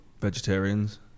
vegetarians